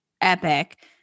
epic